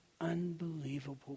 unbelievable